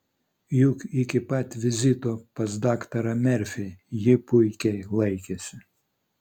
juk iki pat vizito pas daktarą merfį ji puikiai laikėsi